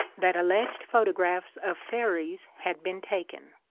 that alleged photo graphs of fairies had been taken.